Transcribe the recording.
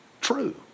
true